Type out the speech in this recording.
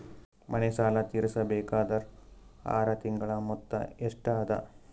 ಮನೆ ಸಾಲ ತೀರಸಬೇಕಾದರ್ ಆರ ತಿಂಗಳ ಮೊತ್ತ ಎಷ್ಟ ಅದ?